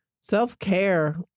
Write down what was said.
self-care